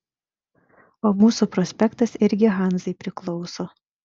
o mūsų prospektas irgi hanzai priklauso